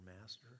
master